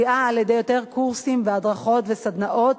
משפיעה על-ידי יותר קורסים והדרכות וסדנאות